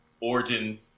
origin